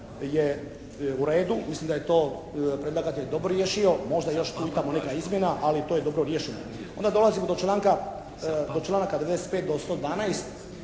je u redu. Mislim da je to predlagatelj dobro riješio. Možda još tu i tamo neka izmjena ali to je dobro riješeno. Onda dolazimo do članka, do